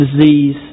disease